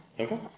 Okay